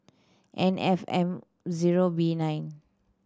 N F M zero B nine